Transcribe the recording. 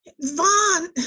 Vaughn